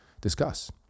discuss